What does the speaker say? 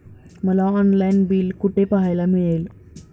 मला online bill कुठे पाहायला मिळेल?